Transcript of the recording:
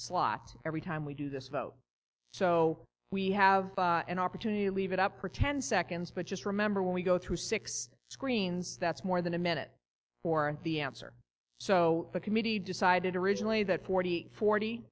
slot every time we do this vote so we have an opportunity to leave it up for ten seconds but just remember when we go through six screens that's more than a minute for the answer so the committee decided originally that forty forty